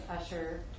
Usher